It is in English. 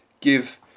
give